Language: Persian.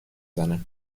زنه